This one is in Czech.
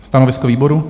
Stanovisko výboru?